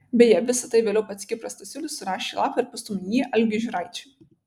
beje visa tai vėliau pats kipras stasiulis surašė į lapą ir pastūmė jį algiui žiūraičiui